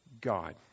God